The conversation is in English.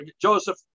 Joseph